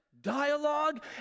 dialogue